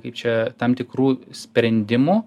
kaip čia tam tikrų sprendimų